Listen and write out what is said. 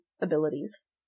abilities